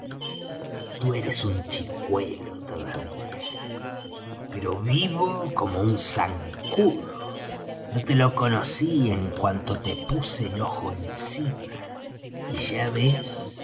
tú eres un chicuelo todavía pero vivo como un zancudo yo te lo conocí en cuanto te puse el ojo encima y ya ves